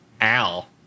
Al